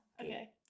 okay